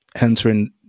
entering